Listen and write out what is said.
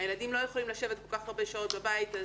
הילדים לא יכולים לשבת כל כך הרבה שעות בבית.